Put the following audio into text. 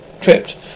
tripped